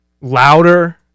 Louder